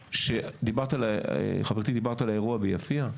חברתי, דיברת על האירוע ביפיע.